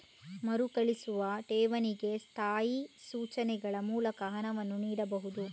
ಮರುಕಳಿಸುವ ಠೇವಣಿಗೆ ಸ್ಥಾಯಿ ಸೂಚನೆಗಳ ಮೂಲಕ ಹಣವನ್ನು ನೀಡಬಹುದು